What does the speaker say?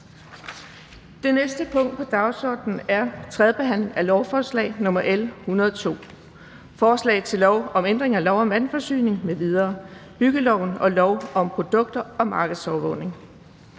Det næste punkt på dagsordenen er: 2) 3. behandling af lovforslag nr. L 102: Forslag til lov om ændring af lov om vandforsyning m.v., byggeloven og lov om produkter og markedsovervågning.